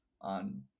on